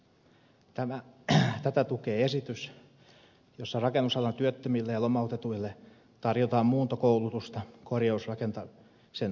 tätä tukee esitys jossa rakennusalan työttömille ja lomautetuille tarjotaan muuntokoulutusta korjausrakentamisen osaajiksi